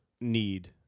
need